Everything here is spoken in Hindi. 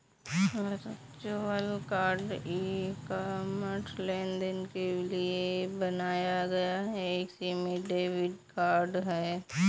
वर्चुअल कार्ड ई कॉमर्स लेनदेन के लिए बनाया गया एक सीमित डेबिट कार्ड है